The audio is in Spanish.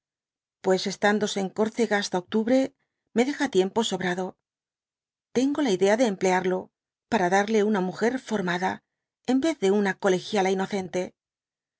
pues estándose en córcega hasta octubre me deja tienq o sobrado tengo la idea de emplearlo para darle una muger formada en vez de una colegiala